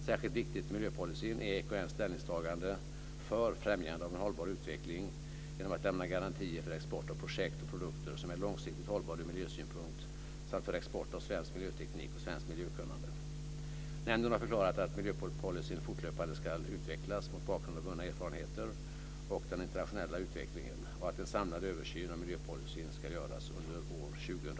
Särskilt viktigt i miljöpolicyn är EKN:s ställningstagande för främjande av en hållbar utveckling genom att lämna garantier för export av projekt och produkter som är långsiktigt hållbara ur miljösynpunkt samt för export av svensk miljöteknik och svenskt miljökunnande. Nämnden har förklarat att miljöpolicyn fortlöpande ska utvecklas mot bakgrund av vunna erfarenheter och den internationella utvecklingen samt att en samlad översyn av miljöpolicyn ska göras under år